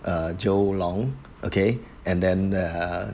uh joe long okay and then uh